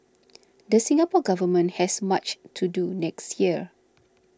the Singapore Government has much to do next year